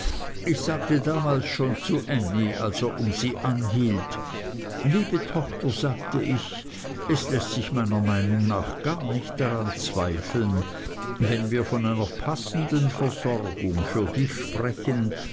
ich sagte damals schon zu ännie als er um sie anhielt liebe tochter sagte ich es läßt sich meiner meinung nach gar nicht daran zweifeln wenn wir von einer passenden versorgung für dich sprechen